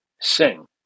sing